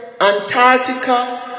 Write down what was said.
Antarctica